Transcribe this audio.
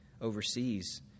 overseas